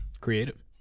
creative